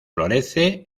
florece